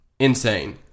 Insane